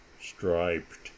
striped